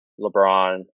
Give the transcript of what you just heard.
LeBron